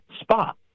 spot